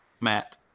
Matt